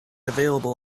available